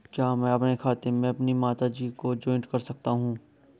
क्या मैं अपने खाते में अपनी माता जी को जॉइंट कर सकता हूँ?